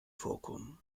vorkommen